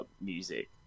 music